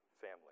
family